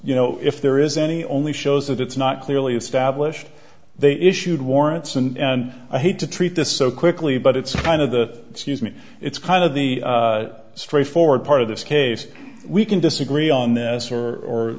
you know if there is any only shows that it's not clearly established they issued warrants and i hate to treat this so quickly but it's kind of the scuse me it's kind of the straight forward part of this case we can disagree on this or